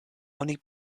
oni